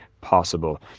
possible